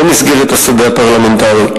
במסגרת השדה הפרלמנטרי.